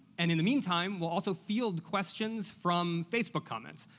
and in the meantime, we'll also field questions from facebook comments.